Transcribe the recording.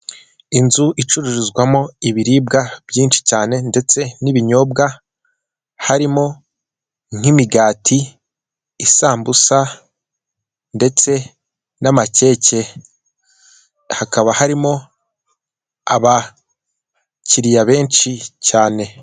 Inzu icururizwamo ibiribwa byinshi cyane ndetse n'ibinyobwa, harimo nk'imigati, isambusa ndetse n'amakeke, hakaba harimo abakiriya benshi cyane.